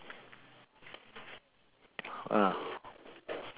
ah